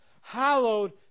hallowed